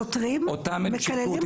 שוטרים מקללים אותך?